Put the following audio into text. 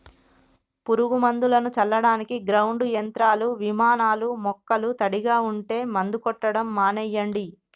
పురుగు మందులను చల్లడానికి గ్రౌండ్ యంత్రాలు, విమానాలూ మొక్కలు తడిగా ఉంటే మందు కొట్టడం మానెయ్యండి